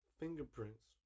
fingerprints